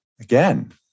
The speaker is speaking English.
again